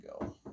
go